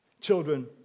Children